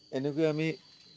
এনেকৈ আমি